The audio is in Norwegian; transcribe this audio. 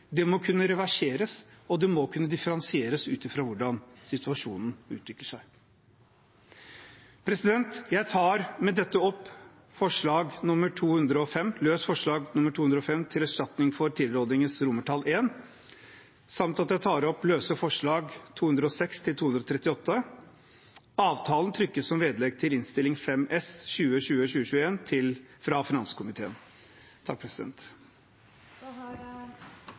Det må kunne reverseres, og det må kunne differensieres ut fra hvordan situasjonen utvikler seg. Jeg tar med dette opp løst forslag nr. 205 til erstatning for tilrådingens I, og jeg tar opp de løse forslagene nr. 206–238. Avtalen trykkes som vedlegg til Innst. 5 S for 2020–2021 fra finanskomiteen. Representanten Mudassar Kapur har